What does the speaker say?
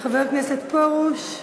חבר הכנסת פרוש?